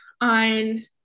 on